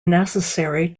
necessary